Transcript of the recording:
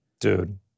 Dude